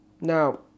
Now